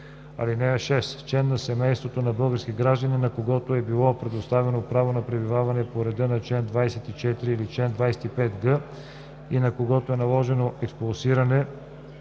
отменя. (6) Член на семейството на български гражданин, на когото е било предоставено право на пребиваване по реда на чл. 24м или чл. 25г и на когото е наложено експулсиране,